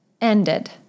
ended